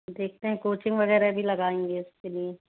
देखते हैं कोचिंग वगैरह भी लगाएंगे इसके लिए